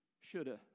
shoulda